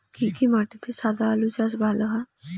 কি কি মাটিতে সাদা আলু চাষ ভালো হয়?